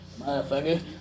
Motherfucker